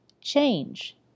change